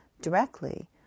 directly